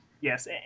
Yes